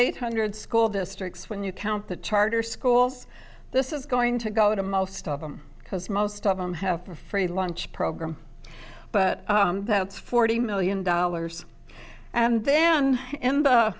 eight hundred school districts when you count the charter schools this is going to go to most of them because most of them have free lunch program but that's forty million dollars and then